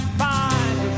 fine